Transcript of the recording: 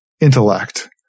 intellect